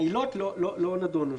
העילות, לא נדון.